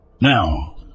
Now